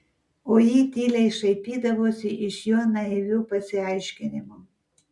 o ji tyliai šaipydavosi iš jo naivių pasiaiškinimų